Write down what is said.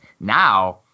Now